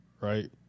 right